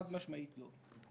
חד-משמעית, לא.